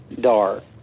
dark